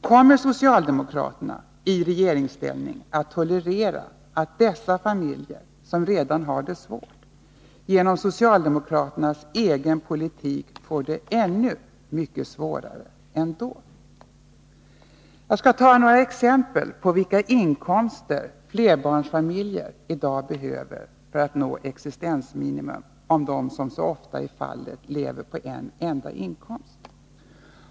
Kommer socialdemokraterna i regeringsställning att tolerera att dessa familjer, som redan har det svårt, genom socialdemokraternas egen politik får det ännu mycket svårare? Jag skall ta några exempel på vilka inkomster flerbarnsfamiljer i dag behöver för att nå existensminimum om de — som så ofta är fallet — lever på en enda inkomst.